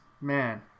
Man